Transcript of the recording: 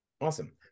Awesome